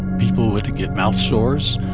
people would get mouth sores.